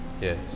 Yes